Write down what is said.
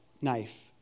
knife